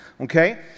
Okay